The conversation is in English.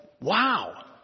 wow